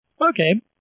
Okay